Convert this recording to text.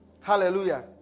Hallelujah